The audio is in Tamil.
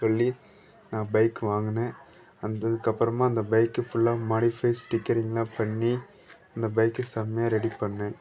சொல்லி நான் பைக்கு வாங்கினேன் அந்த இதுக்கப்புறமா அந்த பைக்கு ஃபுல்லாக மாடிஃபைஸ் ஸ்டிக்கரிங்லாம் பண்ணி அந்த பைக்கு செமையாக ரெடி பண்ணிணேன்